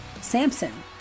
Samson